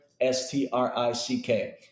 S-T-R-I-C-K